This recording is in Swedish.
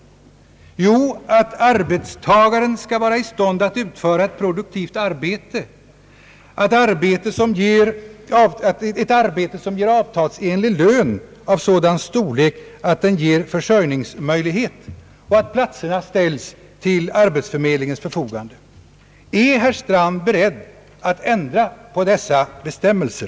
Jo, att arbetstagaren skall vara i stånd att utföra ett produktivt arbete, som ger avtalsenlig lön av sådan storlek att den skapar försörjningsmöjlighet och att platserna ställs till arbetsförmedlingens förfogande. Är herr Strand beredd att ändra på dessa bestämmelser?